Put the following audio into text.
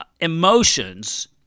emotions